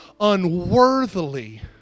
unworthily